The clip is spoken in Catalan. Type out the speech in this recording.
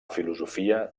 filosofia